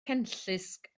cenllysg